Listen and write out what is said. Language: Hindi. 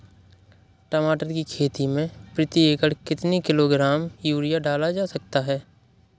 टमाटर की खेती में प्रति एकड़ कितनी किलो ग्राम यूरिया डाला जा सकता है?